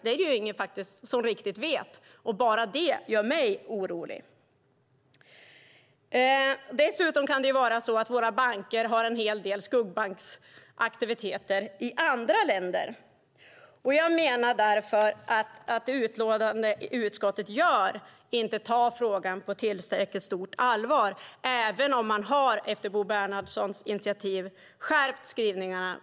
Det är ingen som riktigt vet, och bara det gör mig orolig. Dessutom kan våra banker ha en hel del skuggbanksaktiviteter i andra länder. Jag menar därför att utskottets utlåtande visar att man inte tar frågan på tillräckligt stort allvar, även om man efter Bo Bernhardssons initiativ har skärpt skrivningarna.